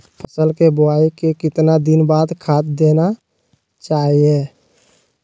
फसल के बोआई के कितना दिन बाद खाद देना चाइए?